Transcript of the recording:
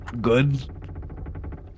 good